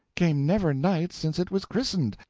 came never knight since it was christened,